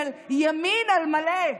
של ימין על מלא,